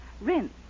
Rinse